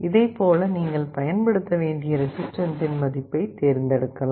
இதைப் போல நீங்கள் பயன்படுத்த வேண்டிய ரெசிஸ்டன்ஸின் மதிப்பைத் தேர்ந்தெடுக்கலாம்